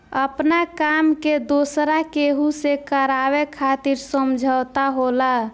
आपना काम के दोसरा केहू से करावे खातिर समझौता होला